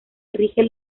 rige